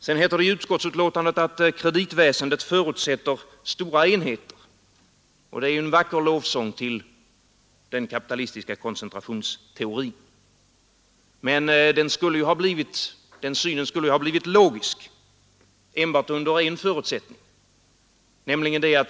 Sedan heter det i utskottsbetänkandet att kreditväsendet förutsätter stora enheter. Det är en vacker lovsång till den kapitalistiska koncentrationsteorin. Men den synen skulle ha blivit logisk enbart under en förutsättning.